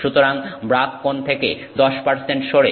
সুতরাং ব্রাগ কোণ থেকে 10 সরে